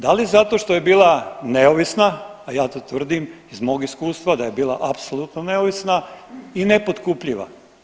Da li zato što je bila neovisna, a ja to tvrdim iz mog iskustava, da je bila apsolutno neovisna i nepotkupljiva.